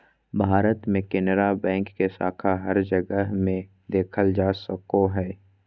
भारत मे केनरा बैंक के शाखा हर जगह मे देखल जा सको हय